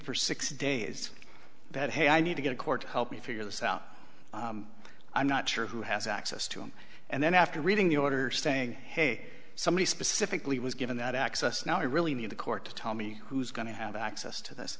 for six days that hey i need to get a court help me figure this out i'm not sure who has access to him and then after reading the order saying hey somebody specifically was given that access now i really need the court to tell me who's going to have access to this